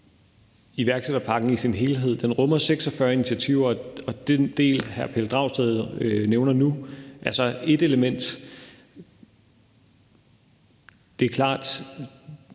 iværksætterpakken i sin helhed. Den rummer 46 initiativer, og den del, hr. Pelle Dragsted nævner nu, er så ét element. Det er klart,